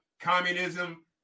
communism